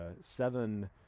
seven